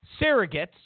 surrogates